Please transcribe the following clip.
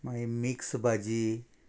मागीर मिक्स भाजी